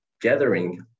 gathering